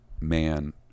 man